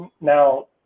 now